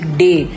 day